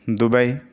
Dubai